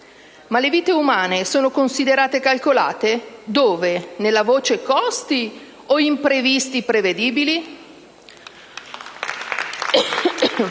Ma le vite umane sono considerate calcolate? Dove? Nella voce «costi» o nella voce «imprevisti prevedibili»?